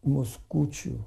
mūs kūčių